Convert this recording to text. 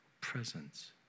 presence